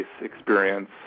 experience